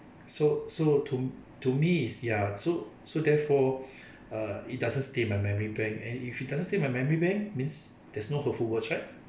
so so to to me is ya so so therefore uh it doesn't stay in my memory bank and if it doesn't stay in my memory bank means there's no hurtful words right